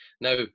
Now